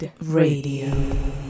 RADIO